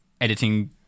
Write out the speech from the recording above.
editing